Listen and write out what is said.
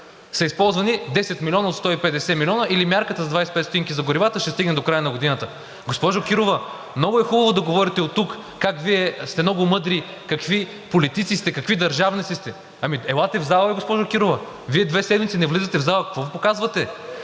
са използвани 10 милиона от 150 милиона, или мярката за 25 стотинки за горивата ще стигне до края на годината. Госпожо Кирова, много е хубаво да говорите оттук как Вие сте много мъдри, какви политици сте, какви държавници сте. Ами, елате в залата, госпожо Кирова. Вие две седмици не влизате в залата и какво показвате?